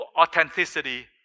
authenticity